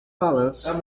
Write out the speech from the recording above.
balanço